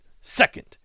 Second